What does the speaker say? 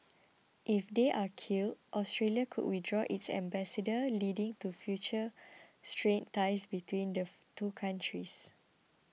if they are killed Australia could withdraw its ambassador leading to future strained ties between the two countries